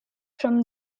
from